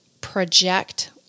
project